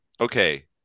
okay